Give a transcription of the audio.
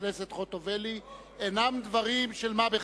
הכנסת חוטובלי אינם דברים של מה בכך.